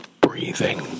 breathing